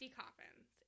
coffins